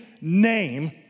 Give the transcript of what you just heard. name